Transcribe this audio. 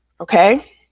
Okay